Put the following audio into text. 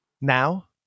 now